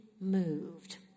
moved